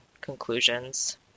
conclusions